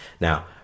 Now